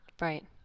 right